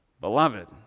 Beloved